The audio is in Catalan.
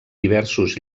diversos